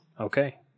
Okay